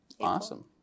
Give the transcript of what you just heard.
Awesome